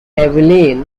rules